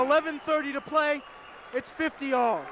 eleven thirty to play its fifty o